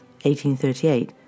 1838